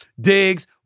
Digs